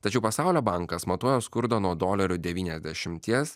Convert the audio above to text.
tačiau pasaulio bankas matuoja skurdo nuo dolerio devyniasdešimties